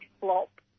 flop